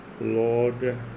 Lord